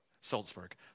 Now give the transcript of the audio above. Salzburg